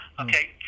Okay